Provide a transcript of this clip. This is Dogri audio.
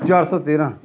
चार सौ तेरां